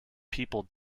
people